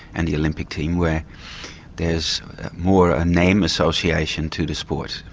and the olympic team, where there is more a name association to the sport.